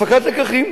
הפקת לקחים,